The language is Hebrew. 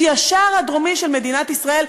שהיא השער הדרומי של מדינת ישראל.